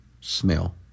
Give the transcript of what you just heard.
Smell